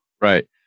Right